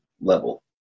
level